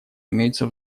имеются